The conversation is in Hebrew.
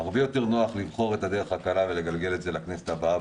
הרבה יותר נוח לבחור את הדרך הקלה ולגלגל את זה לכנסת הבאה